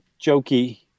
jokey